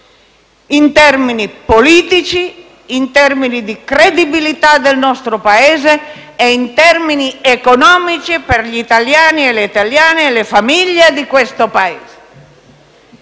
in termini politici, di credibilità del nostro Paese e in termini economici per gli italiani, le italiane e le famiglie di questo Paese.